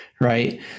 Right